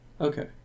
Okay